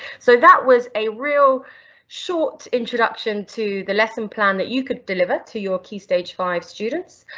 so that was a real short introduction to the lesson plan that you could deliver to your key stage five students,